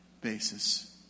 basis